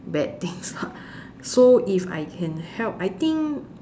bad things lah so if I can help I think